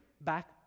back